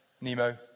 Nemo